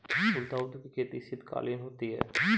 गुलदाउदी की खेती शीतकालीन होती है